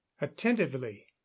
attentively